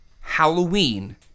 Halloween